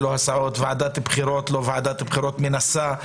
וועדת הבחירות מנסה.